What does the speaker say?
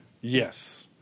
Yes